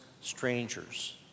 strangers